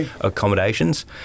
accommodations